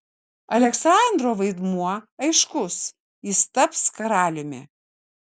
aleksandro vaidmuo aiškus jis taps karaliumi